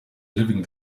living